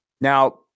now